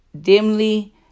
dimly